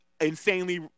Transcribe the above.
insanely